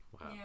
Wow